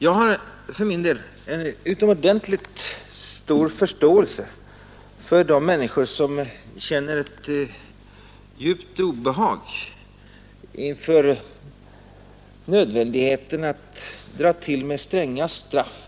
Jag har för min del en utomordentligt stor förståelse för de människor som känner ett djupt obehag inför nödvändigheten att dra till med stränga straff.